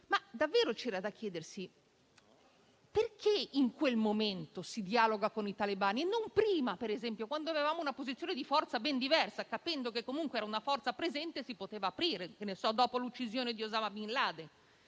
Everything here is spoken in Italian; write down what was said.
Davvero c'è da chiedersi perché in quel momento si dialoga con i talebani e non prima, per esempio, quando avevamo una posizione di forza ben diversa, capendo che comunque vi era una forza presente e si poteva aprire, ad esempio dopo l'uccisione di Osama Bin Laden?